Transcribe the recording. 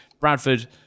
Bradford